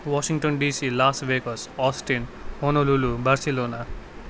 Washington DC Las Vegas Austin Honolulu Barcelona